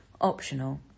Optional